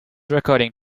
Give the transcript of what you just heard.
recording